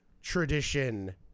tradition